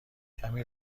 کمی